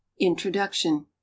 Introduction